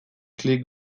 klik